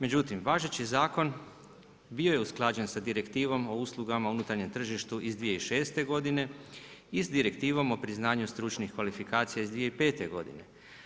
Međutim, važeći zakon bio je usklađen sa Direktivnom o uslugama u unutarnjem tržištu iz 2006. godine i s Direktivom o priznanju stručnih kvalifikacija iz 2005. godine.